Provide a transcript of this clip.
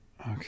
Okay